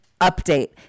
update